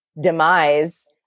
demise